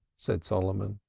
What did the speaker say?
said solomon.